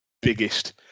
biggest